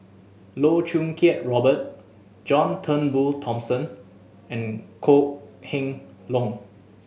Loh Choo Kiat Robert John Turnbull Thomson and Kok Heng Leun